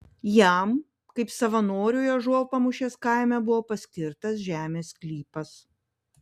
jam kaip savanoriui ąžuolpamūšės kaime buvo paskirtas žemės sklypas